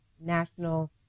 national